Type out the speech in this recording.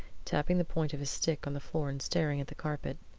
tapping the point of his stick on the floor and staring at the carpet.